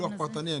לגבי האינפלציה.